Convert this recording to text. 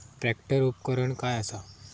Tractor उपकरण काय असा?